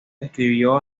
escribió